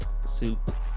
soup